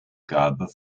gabe